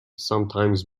sometimes